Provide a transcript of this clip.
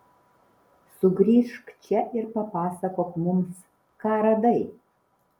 sugrįžk čia ir papasakok mums ką radai